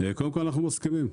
קודם כול, אנחנו מסכימים.